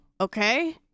Okay